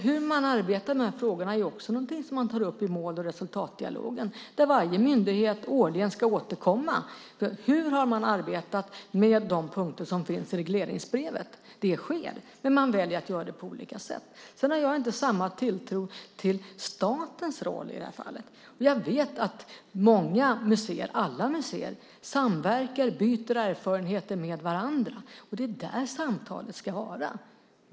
Hur man arbetar med de här frågorna är också något som man tar upp i mål och resultatdialogen där varje myndighet årligen ska återkomma när det gäller hur man har arbetat med de punkter som finns i regleringsbrevet. Det sker, men man väljer att göra det på olika sätt. Jag har inte samma tilltro till statens roll i det här fallet. Jag vet att alla museer samverkar och byter erfarenheter med varandra. Det är där samtalet ska vara.